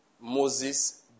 Moses